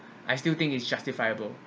I still think is justifiable